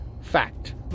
fact